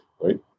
right